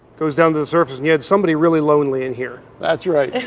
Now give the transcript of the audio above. goes down to the surface, and you have somebody really lonely in here? that's right.